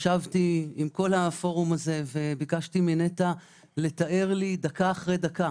ישבתי עם כל הפורום וביקשתי מנטע לתאר לי דקה אחרי דקה